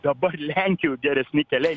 dabar lenkijo geresni keliai